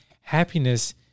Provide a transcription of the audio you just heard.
happiness